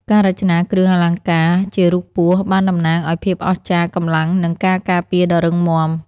ការរចនាគ្រឿងអលង្ការជារូបពស់បានតំណាងឱ្យភាពអស្ចារ្យ កម្លាំង និងការការពារដ៏រឹងមាំ។